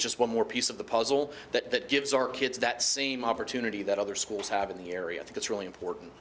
it's just one more piece of the puzzle that gives our kids that same opportunity that other schools have in the area i think it's really important